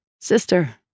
sister